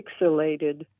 pixelated